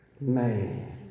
man